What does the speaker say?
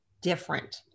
different